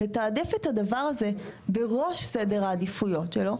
לתעדף את הדבר הזה בראש סדר העדיפויות שלו,